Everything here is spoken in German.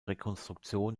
rekonstruktion